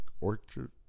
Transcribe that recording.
orchard